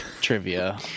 Trivia